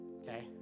Okay